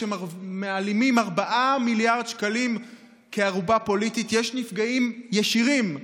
כשמעלימים 4 מיליארד שקלים כערובה פוליטית יש נפגעים ישירים.